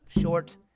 short